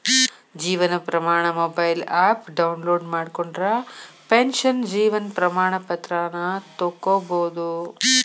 Jeevan Pramaan mobile app download ಮಾಡ್ಕೊಂಡ್ರ pension Jeevan Pramaan ಪತ್ರಾನ ತೊಕ್ಕೊಬೋದು